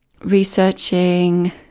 researching